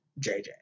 JJ